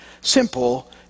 simple